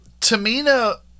Tamina